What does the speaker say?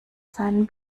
seinen